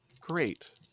great